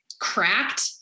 cracked